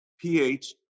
pH